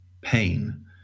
pain